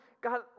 God